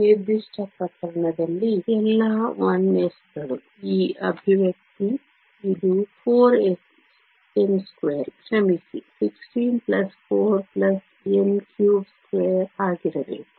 ನಿರ್ದಿಷ್ಟ ಪ್ರಕರಣದಲ್ಲಿ ಎಲ್ಲಾ 1s ಗಳು ಈ ಅಭಿವ್ಯಕ್ತಿ ಇದು 4 n2 ಕ್ಷಮಿಸಿ 16 4 n32 ಆಗಿರಬೇಕು